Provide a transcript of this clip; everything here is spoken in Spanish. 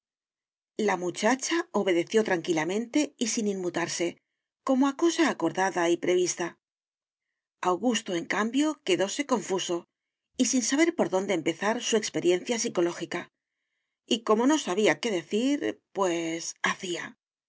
la muchacha obedeció tranquilamente y sin inmutarse como a cosa acordada y prevista augusto en cambio quedóse confuso y sin saber por dónde empezar su experiencia psicológica y como no sabía qué decir pues hacía